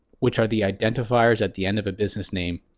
which are the identifiers at the end of a business name.